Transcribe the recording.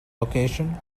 occasion